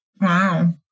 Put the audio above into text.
Wow